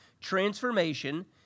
transformation